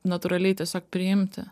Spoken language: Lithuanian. natūraliai tiesiog priimti